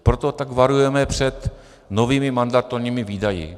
Proto tak varujeme před novými mandatorními výdaji.